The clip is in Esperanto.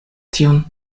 tion